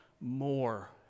more